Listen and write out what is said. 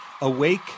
Awake